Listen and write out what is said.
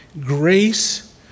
grace